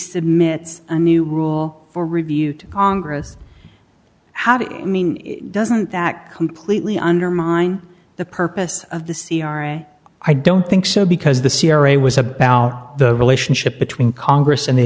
submit a new rule for review to congress how do you mean doesn't that completely undermine the purpose of the c r a i don't think so because the c r a was about the relationship between congress and the